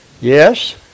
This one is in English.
Yes